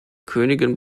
königin